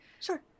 sure